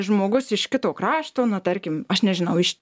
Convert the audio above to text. žmogus iš kito krašto na tarkim aš nežinau iš